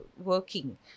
working